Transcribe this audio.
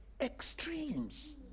Extremes